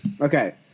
Okay